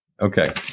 Okay